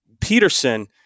Peterson